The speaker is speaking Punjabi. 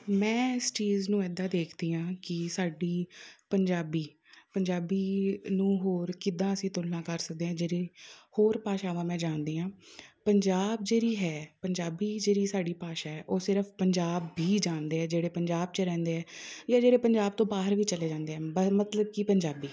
ਮੈਂ ਇਸ ਚੀਜ਼ ਨੂੰ ਇੱਦਾਂ ਦੇਖਦੀ ਹਾਂ ਕਿ ਸਾਡੀ ਪੰਜਾਬੀ ਪੰਜਾਬੀ ਨੂੰ ਹੋਰ ਕਿੱਦਾਂ ਅਸੀਂ ਤੁਲਨਾ ਕਰ ਸਕਦੇ ਹਾਂ ਜਿਹੜੇ ਹੋਰ ਭਾਸ਼ਾਵਾਂ ਮੈਂ ਜਾਣਦੀ ਹਾਂ ਪੰਜਾਬ ਜਿਹੜੀ ਹੈ ਪੰਜਾਬੀ ਜਿਹੜੀ ਸਾਡੀ ਭਾਸ਼ਾ ਹੈ ਉਹ ਸਿਰਫ਼ ਪੰਜਾਬੀ ਹੀ ਜਾਣਦੇ ਆ ਜਿਹੜੇ ਪੰਜਾਬ 'ਚ ਰਹਿੰਦੇ ਹੈ ਜਾਂ ਜਿਹੜੇ ਪੰਜਾਬ ਤੋਂ ਬਾਹਰ ਵੀ ਚਲੇ ਜਾਂਦੇ ਆ ਮਤਲਬ ਕਿ ਪੰਜਾਬੀ